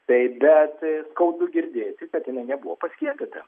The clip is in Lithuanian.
tai bet skaudu girdėti kad jinai nebuvo paskiepyta